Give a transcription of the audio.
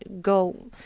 go –